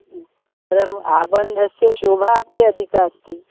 परम् आबन्धस्य शोभा अपि अधिका अस्ति